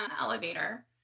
elevator